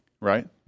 right